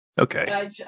Okay